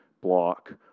block